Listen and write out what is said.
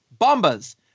Bombas